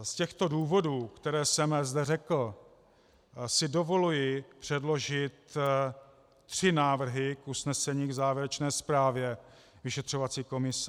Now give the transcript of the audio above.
Z těchto důvodů, které jsem zde řekl, si dovoluji předložit tři návrhy k usnesení k závěrečné zprávě vyšetřovací komise: